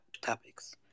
topics